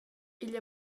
igl